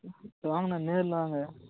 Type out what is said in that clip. வாங்கண்ணா நேரில் வாங்க